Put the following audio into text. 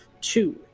two